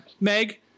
meg